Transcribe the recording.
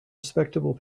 respectable